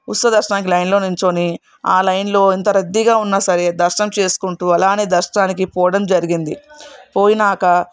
ఉచిత దర్శనానికి లైన్లో నిలుచుని ఆ లైన్లో ఎంత రద్దీగా ఉన్నా సరే దర్శనం చేసుకుంటూ అలానే దర్శనానికి పోవడం జరిగింది పోయినాక